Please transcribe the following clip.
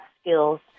skills